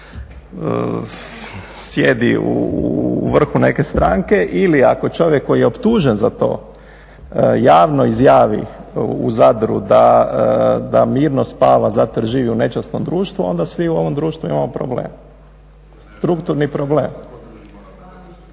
sjedi u vrhu neke stranke ili ako čovjek koji je optužen za to javno izjavi u Zadru da mirno spava zato jer živi u nečasnom društvu, onda svi u ovom društvu imamo problem, strukturni problem.